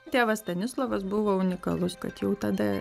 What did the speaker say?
tėvas stanislovas buvo unikalus kad jau tada